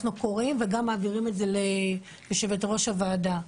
אנחנו קוראים וגם מעבירים את זה ליושבת ראש הוועדה.